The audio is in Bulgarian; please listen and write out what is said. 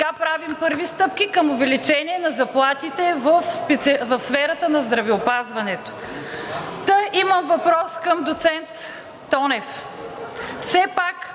Сега правим първи стъпки към увеличение на заплатите в сферата на здравеопазването. Имам въпрос към доцент Тонев: